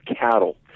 cattle